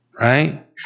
right